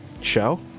show